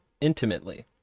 intimately